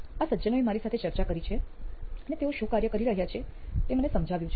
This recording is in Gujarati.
આ સજ્જનોએ મારી સાથે ચર્ચા કરી છે અને તેઓ શું કાર્ય કરી રહ્યા છે તે મને સમજાવ્યું છે